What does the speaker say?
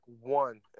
one